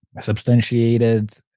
Substantiated